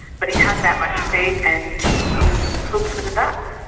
but he had that much faith and he hoped for the best.